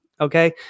okay